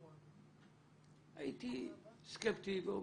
הייתי סקפטי ואומר,